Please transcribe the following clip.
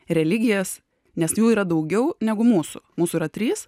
religijas nes jų yra daugiau negu mūsų mūsų yra trys